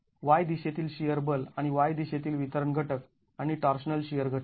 y दिशेतील shear बल आणि y दिशेतील वितरण घटक आणि टॉर्शनल शिअर घटक